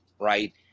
right